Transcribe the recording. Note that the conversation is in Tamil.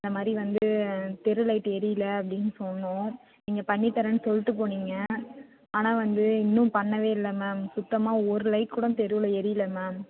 இந்தமாதிரி வந்து தெரு லைட் எரியலை அப்படின்னு சொன்னோம் நீங்கள் பண்ணித்தரேன்னு சொல்லிட்டு போனீங்க ஆனால் வந்து இன்னும் பண்ணவே இல்லை மேம் சுத்தமாக ஒரு லைட் கூட தெருவில் எரியவில மேம்